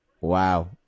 Wow